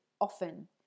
often